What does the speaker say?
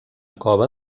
cova